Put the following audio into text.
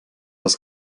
das